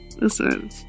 Listen